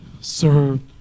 served